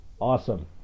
Awesome